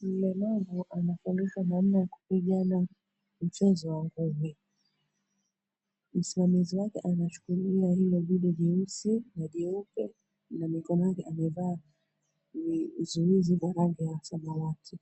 Mlemavu anafundishwa namna ya kupigana mchezo wa ngumi. Msimamizi wake anashikilia hilo begi jeusi na jeupe na mikono yake amevaa vizuizi vya rangi ya samawati.